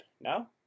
now